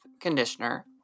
conditioner